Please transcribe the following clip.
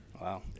Wow